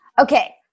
Okay